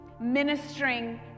ministering